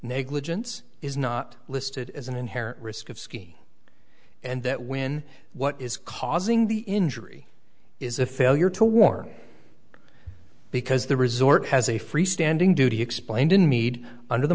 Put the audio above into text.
negligence is not listed as an inherent risk of scheme and that when what is causing the injury is a failure to warn because the resort has a free standing duty explained in mead under the